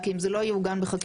כי אם זה לא יעוגן בחקיקה,